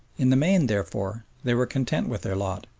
in the main, therefore, they were content with their lot,